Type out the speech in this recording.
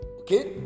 Okay